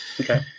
Okay